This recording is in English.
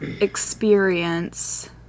experience